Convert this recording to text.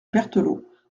berthelot